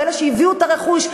ואלה שהביאו את הרכוש,